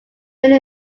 many